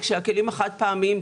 כשהכלים החד-פעמיים,